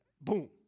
boom